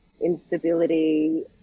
instability